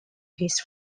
his